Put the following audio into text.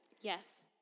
Yes